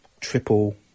triple